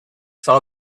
saw